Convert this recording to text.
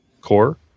core